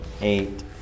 Eight